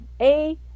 A-